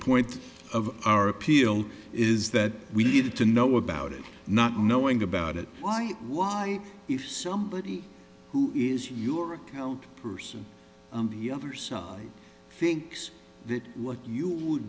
point of our appeal is that we needed to know about it not knowing about it why why if somebody who is your account person on the other side thinks that what you would